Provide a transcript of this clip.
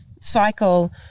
cycle